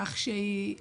כך שהיא